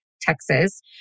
Texas